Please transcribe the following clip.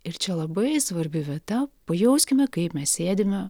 ir čia labai svarbi vieta pajauskime kaip mes sėdime